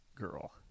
girl